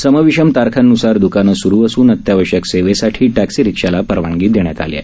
सम विषम तारखांनुसार द्कानं सूरू असूनअत्यावश्यक सेवेसाठी टॅक्सी रिक्षाला परवानगी देण्यात आली आहे